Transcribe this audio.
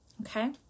Okay